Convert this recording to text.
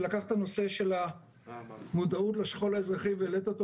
על שלקחת את הנושא של המודעות לשכול האזרחי והעלית אותו